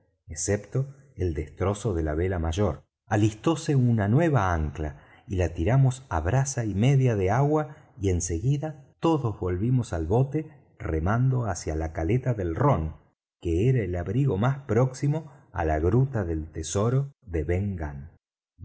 excepto el destrozo de la vela mayor alistóse una nueva ancla y la tiramos á braza y media de agua y en seguida todos volvimos al bote remando hacia la caleta del rom que era el abrigo más próximo á la gruta del tesoro de